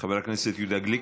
חבר הכנסת יהודה גליק.